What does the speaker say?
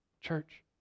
Church